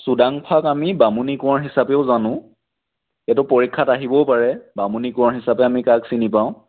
চুডাংফাক আমি বামুণী কোঁৱৰ হিচাপেও জানো এইটো পৰীক্ষাত আহিবও পাৰে বামুণী কোঁৱৰ হিচাপে আমি কাক চিনি পাওঁ